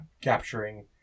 capturing